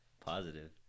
positive